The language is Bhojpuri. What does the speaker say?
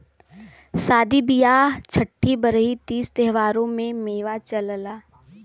सादी बिआह छट्ठी बरही तीज त्योहारों में मेवा चलला